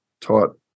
taught